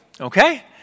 Okay